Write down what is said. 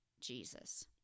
Jesus